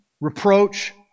reproach